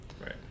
right